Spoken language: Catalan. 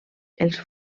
els